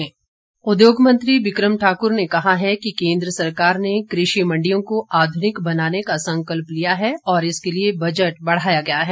बिक्रम ठाकुर उद्योग मंत्री बिक्रम ठाकुर ने कहा है कि केन्द्र सरकार ने कृषि मंडियों का आधुनिक बनाने का संकल्प लिया है और इसके लिए बजट बढ़ाया गया है